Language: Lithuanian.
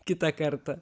kitą kartą